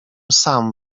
sam